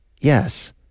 Yes